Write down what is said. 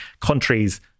countries